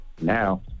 now